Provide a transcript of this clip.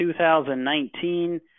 2019